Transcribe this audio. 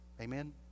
Amen